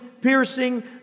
piercing